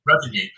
revenue